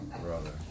Brother